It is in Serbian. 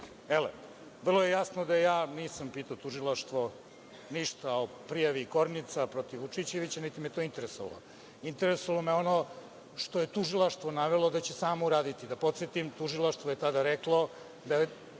prijava. Vrlo je jasno da nisam pitao tužilaštvo ništa o prijavi Kornica protiv Vučićevića, niti me je to interesovalo. Interesovalo me je oni što je tužilaštvo navelo da će samo uraditi, da podsetim, tužilaštvo je tada reklo da